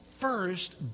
first